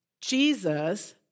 Jesus